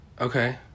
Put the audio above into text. okay